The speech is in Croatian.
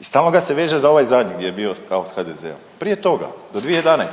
i stalno ga se veže za ovaj zadnji gdje je bio kao s HDZ-om. Prije toga, do 2011.